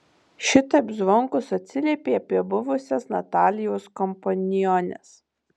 šitaip zvonkus atsiliepė apie buvusias natalijos kompaniones